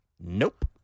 Nope